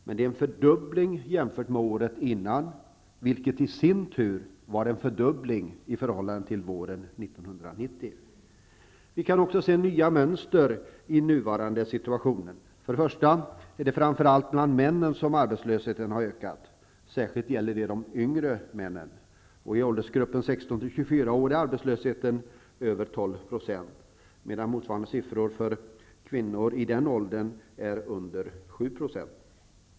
Men det är en fördubbling jämfört med året innan, vilket i sin tur var en fördubbling jämfört med våren 1990. Det går också att se nya mönster i den nuvarande situationen. För det första har abetslösheten ökat framför allt bland männen -- särskilt gäller detta de yngre männen. I åldersgruppen 16--24 år är arbetslösheten över 12 %, medan motsvarande siffror för kvinnor i den åldern är under 7 %.